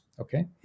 okay